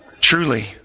Truly